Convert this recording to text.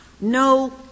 No